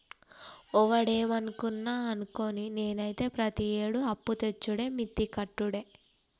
ఒవడేమన్నా అనుకోని, నేనైతే ప్రతియేడూ అప్పుతెచ్చుడే మిత్తి కట్టుడే